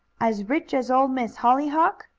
as rich as old miss hollyhock?